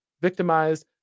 victimized